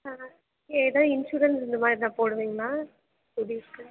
ஆ ஏதோ இன்சூரன்ஸ் இந்தமாதிரி ஏதா போடுவீங்களா லேடிஸுக்கு